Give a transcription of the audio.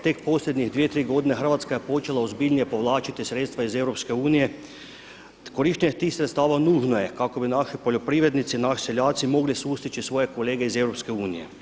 Tek posljednje 2, 3 g. Hrvatska je počela ozbiljnije povlačiti sredstva iz EU, korištenje tih sredstava nužno je kako bi naši poljoprivrednici, naši seljaci mogli sustići svoje kolege iz EU.